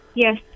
Yes